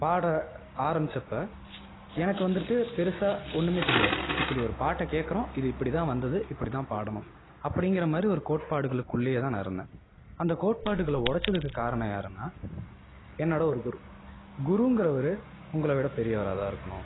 பாட ஆரம்மிச்சப்போ எனக்கு வந்துவிட்டு பெருசாக ஒன்றுமே தெரியாது இப்படி ஒரு பாட்டை கேட்கறோம் இது இப்படி தான் வந்தது இப்படி தான் பாடணும் அப்படிங்குற மாதிரி ஒரு கோட்பாடுகளுக்குள்ளேயே தான் நான் இருந்தேன் அந்த கோட்பாடுகளை உடச்சதுக்கு காரணம் யாருன்னா என்னோட ஒரு குரு குருங்குறவர் உங்களை விட பெரியவராக தான் இருக்கணும்